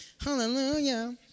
Hallelujah